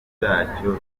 ryacyo